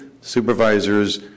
supervisors